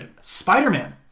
Spider-Man